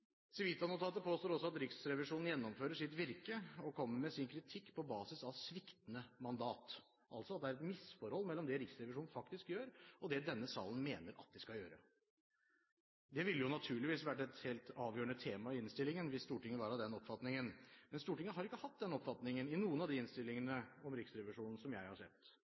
Civita-notatet påstår også at Riksrevisjonen gjennomfører sitt virke og kommer med sin kritikk på basis av sviktende mandat, altså at det er et misforhold mellom det Riksrevisjonen faktisk gjør, og det denne salen mener at den skal gjøre. Det ville naturligvis vært et helt avgjørende tema i innstillingen hvis Stortinget var av den oppfatningen, men Stortinget har ikke hatt den oppfatningen i noen av de innstillingene om Riksrevisjonen som jeg har sett.